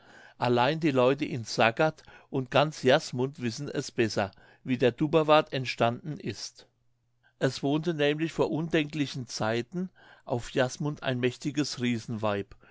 allein die leute in sagard und ganz jasmund wissen es besser wie der dubberwarth entstanden ist es wohnte nämlich vor undenklichen zeiten auf jasmund ein mächtiges